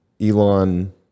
elon